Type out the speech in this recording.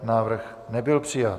Návrh nebyl přijat.